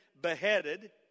beheaded